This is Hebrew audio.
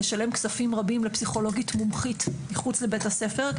לשלם כספים רבים לפסיכולוגית מומחית מחוץ לבית הספר,